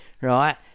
Right